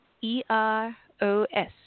E-R-O-S